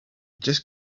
just